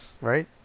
right